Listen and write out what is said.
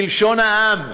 בלשון העם,